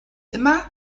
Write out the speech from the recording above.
immer